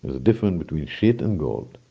the difference between shit and gold.